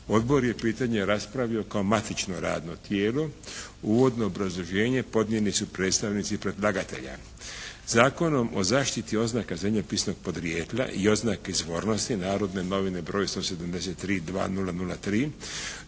Odbor je pitanje raspravio kao matično radno tijelo. Uvodno obrazloženje podnijeli su predstavnici predlagatelja. Zakonom o zaštiti oznaka zemljopisnog podrijetla i oznake izvornosti, "Narodne novine" br. 173/2003